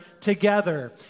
together